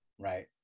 Right